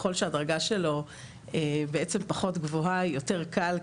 ככל שהדרגה שלו בעצם פחות גבוהה זה יותר קל.